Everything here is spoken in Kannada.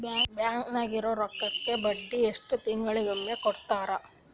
ಬ್ಯಾಂಕ್ ನಾಗಿರೋ ರೊಕ್ಕಕ್ಕ ಬಡ್ಡಿ ಎಷ್ಟು ತಿಂಗಳಿಗೊಮ್ಮೆ ಕೊಡ್ತಾರ?